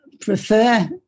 prefer